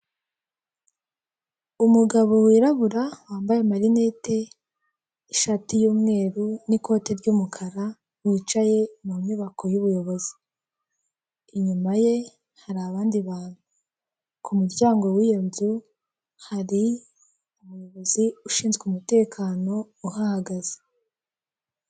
Umugabo wirabura wambaye amarinete ishati yumweru n'ikote ry'umukara wicaye mu nyubako y'ubuyobozi, inyuma ye hari abandi bantu, ku muryango w'iyo nzu hari umuyobozi ushinzwe umutekano uhahagaze.